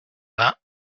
vingt